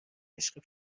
عشق